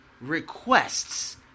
requests